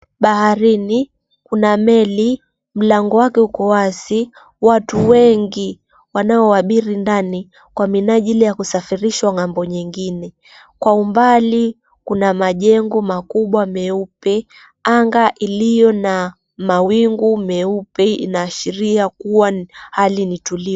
Baharini kuna meli mlango wake uko wazi watu wengi wanaoabiri ndani kwa minajili ya kusafirishwa ng'ambo nyingine. Kwa umbali kuna majengo makubwa meupe anga iliyo na mawingu meupe inaashiria kuwa hali ni tulivu.